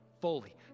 fully